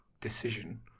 decision